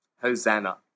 Hosanna